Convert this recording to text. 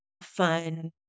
fun